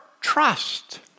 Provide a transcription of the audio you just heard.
trust